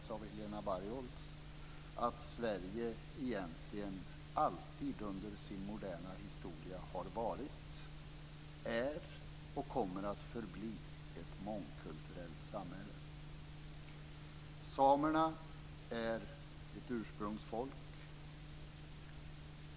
Sverige har egentligen alltid under sin moderna historia varit, är och kommer att förbli ett mångkulturellt samhälle. Samerna är ett ursprungsfolk.